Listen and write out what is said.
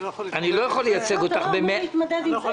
אתה לא אמור להתמודד עם זה.